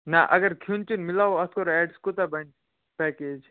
نہَ اگر کھیٚون چیٚون مِلاوَو اَتھ کوٗر ریٹَس کوٗتاہ بَنہِ پیکیج